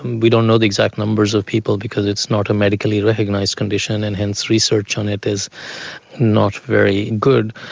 we don't know the exact numbers of people because it's not a medically recognised condition and hence research on it is not very good.